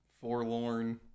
Forlorn